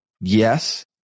Yes